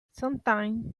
sometimes